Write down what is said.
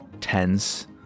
tense